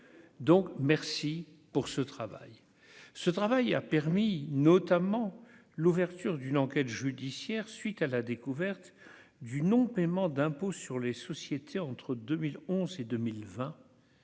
donc merci pour ce travail, ce travail a permis notamment l'ouverture d'une enquête judiciaire suite à la découverte du non-paiement d'impôt sur les sociétés entre 2011 et 2020